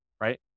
right